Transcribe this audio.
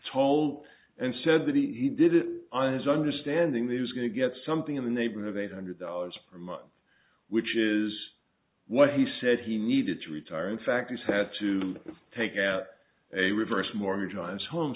told and said that he did it on his understanding that was going to get something in the neighborhood of eight hundred dollars per month which is what he said he needed to retire in fact he's had to take out a reverse mortgage on his home